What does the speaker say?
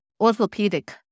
orthopedic